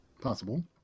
Possible